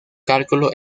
cálculo